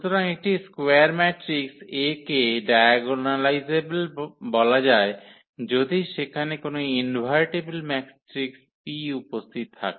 সুতরাং একটি square matrix A কে ডায়াগোনালাইজেবল বলা যায় যদি সেখানে কোন ইনভার্টিবল ম্যাট্রিক্স P উপস্থিত থাকে